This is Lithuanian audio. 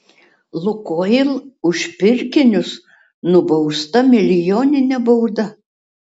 lukoil už pirkinius nubausta milijonine bauda